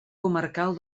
comarcal